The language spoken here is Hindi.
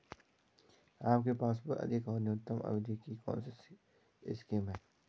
आपके पासबुक अधिक और न्यूनतम अवधि की कौनसी स्कीम है?